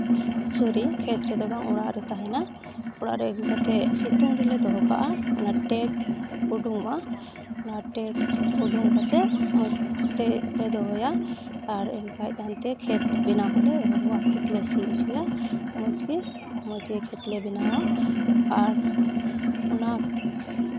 ᱥᱚᱨᱤ ᱠᱷᱮᱛ ᱨᱮᱫᱚ ᱵᱟᱝ ᱚᱲᱟᱜ ᱨᱮ ᱛᱟᱦᱮᱱᱟ ᱚᱲᱟᱜ ᱨᱮ ᱟᱹᱜᱩ ᱠᱟᱛᱮᱫ ᱥᱤᱛᱩᱝ ᱨᱮᱞᱮ ᱫᱚᱦᱚ ᱠᱟᱜᱼᱟ ᱚᱱᱟ ᱴᱮᱠ ᱩᱰᱩᱠᱚᱜᱼᱟ ᱚᱱᱟ ᱴᱮᱠ ᱩᱰᱩᱝ ᱠᱟᱛᱮᱫ ᱢᱚᱡᱽ ᱛᱮᱞᱮ ᱫᱚᱦᱚᱭᱟ ᱟᱨ ᱮᱱᱠᱷᱟᱡ ᱦᱟᱱᱛᱮ ᱠᱷᱮᱛ ᱵᱮᱱᱟᱣ ᱦᱚᱸᱞᱮ ᱮᱦᱚᱵᱚᱜᱼᱟ ᱠᱷᱮᱛ ᱞᱮ ᱥᱤ ᱦᱚᱪᱚᱭᱟ ᱢᱚᱡᱽ ᱜᱮ ᱢᱚᱡᱽ ᱜᱮ ᱠᱷᱮᱛ ᱞᱮ ᱵᱮᱱᱟᱣᱟ ᱟᱨ ᱚᱱᱟ